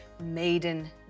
maiden